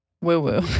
woo-woo